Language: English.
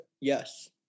yes